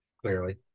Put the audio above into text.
clearly